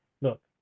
look